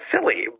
silly